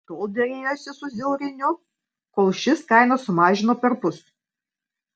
tol derėjosi su zauriniu kol šis kainą sumažino perpus